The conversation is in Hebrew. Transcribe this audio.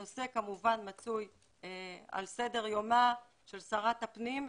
הנושא כמובן מצוי על סדר יומה של שרת הפנים,